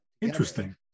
interesting